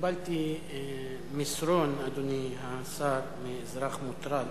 קיבלתי מסרון, אדוני השר, מאזרח מוטרד,